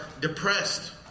depressed